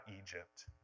Egypt